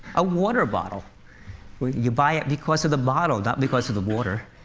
a water bottle you buy it because of the bottle, not because of the water.